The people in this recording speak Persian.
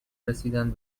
رسیدن